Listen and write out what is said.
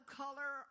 color